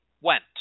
went